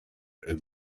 and